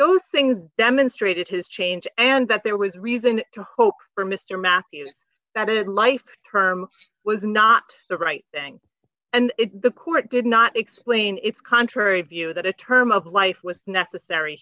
those things demonstrated his change and that there was reason to hope for mr matthews that it life term was not the right thing and the court did not explain its contrary view that a term of life was necessary